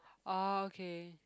orh okay